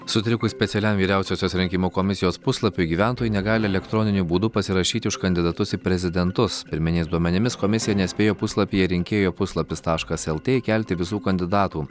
sutrikus specialiam vyriausiosios rinkimų komisijos puslapiui gyventojai negali elektroniniu būdu pasirašyti už kandidatus į prezidentus pirminiais duomenimis komisija nespėjo puslapyje rinkėjo puslapis taškas lt kelti visų kandidatų